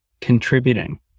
contributing